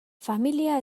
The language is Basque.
familia